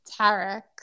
Tarek